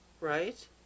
Right